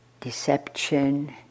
deception